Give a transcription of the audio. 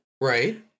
Right